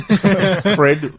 Fred